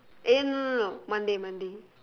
eh no no no monday monday